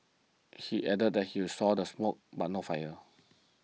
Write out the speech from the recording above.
he added that he'll saw the smoke but no fire